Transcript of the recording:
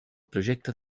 projecte